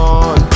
on